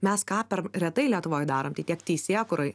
mes ką per retai lietuvoj darom tai tiek teisėkūroj